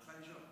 הלכה לישון.